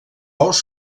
ous